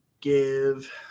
give –